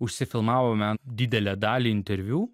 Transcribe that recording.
užsifilmavome didelę dalį interviu